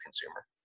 consumer